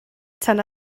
tan